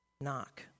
knock